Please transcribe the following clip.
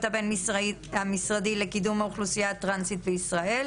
הבין משרדי לקידום האוכלוסייה הטרנסית בישראל.